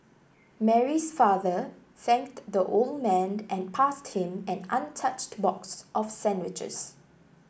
Mary's father thanked the old man and passed him an untouched box of sandwiches